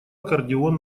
аккордеон